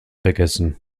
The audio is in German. vergessen